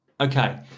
Okay